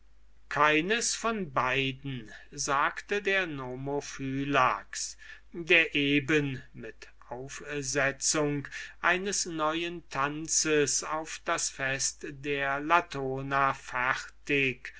keines von beiden sagte der nomophylax der eben mit der composition eines neuen tanzes auf das fest der latona fertig